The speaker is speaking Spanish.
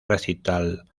recital